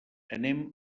anem